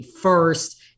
first